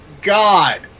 God